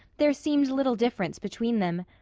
there seemed little difference between them.